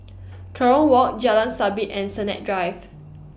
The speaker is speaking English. Kerong Walk Jalan Sabit and Sennett Drive